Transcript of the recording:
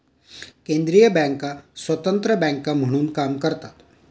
केंद्रीय बँका स्वतंत्र बँका म्हणून काम करतात